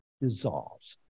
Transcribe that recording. dissolves